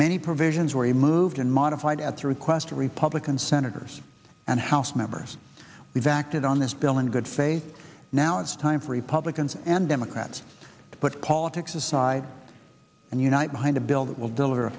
many provisions were removed and modified at the request of republican senators and house members we've acted on this bill in good faith now it's time for republicans and democrats to put politics aside and unite behind a bill that will deliver